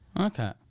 Okay